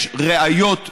יש ראיות מינהליות,